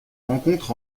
rencontre